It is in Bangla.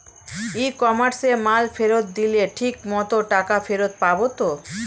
ই কমার্সে মাল ফেরত দিলে ঠিক মতো টাকা ফেরত পাব তো?